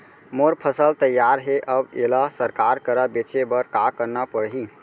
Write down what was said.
मोर फसल तैयार हे अब येला सरकार करा बेचे बर का करना पड़ही?